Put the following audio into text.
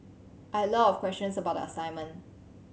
I had a lot of questions about assignment